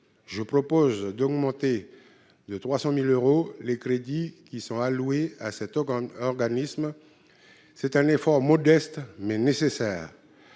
je propose d'augmenter de 300 000 euros les crédits alloués à cet organisme. Il s'agit d'un effort modeste, mais nécessaire.